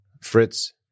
Fritz